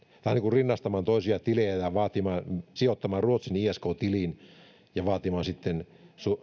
rinnastamaan toisia tilejä ja sijoittamaan ruotsin isk tiliin ja vaatimaan sitten